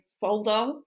folder